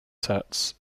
sets